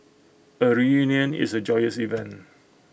A reunion is A joyous event